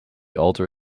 alter